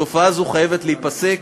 תופעה זו חייבת להיפסק,